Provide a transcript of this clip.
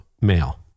male